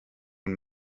und